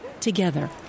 together